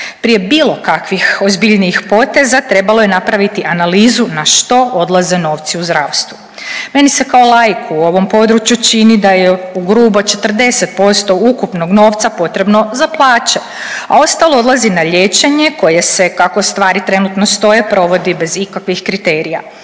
Prije bilo kakvih ozbiljnijih poteza trebalo je napraviti analizu na što odlaze novci u zdravstvu. Meni se kao laiku u ovom području čini da je ugrubo 40% ukupnog novca potrebno za plaće, a ostalo odlazi na liječenje koje se kako stvari trenutno stoje provodi bez ikakvih kriterija.